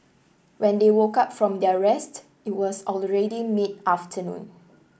when they woke up from their rest it was already mid afternoon